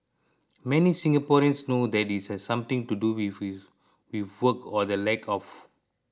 many Singaporeans know that it has something to do with work or the lack of